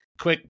Quick